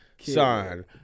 Son